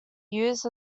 used